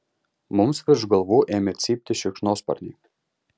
mums virš galvų ėmė cypti šikšnosparniai